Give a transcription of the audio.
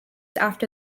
after